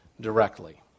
directly